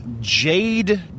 jade